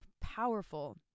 powerful